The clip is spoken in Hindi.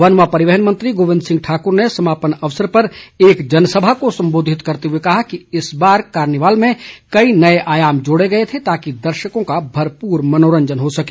वन व परिवहन मंत्री गोविंद ठाकुर ने समापन अवसर पर एक जनसभा को सम्बोधित करते हुए कहा कि इस बार कार्निवाल में कई नए आयाम जोड़े गए थे ताकि दर्शकों का भरपूर मनोरंजन हो सके